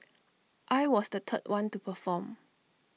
I was the third one to perform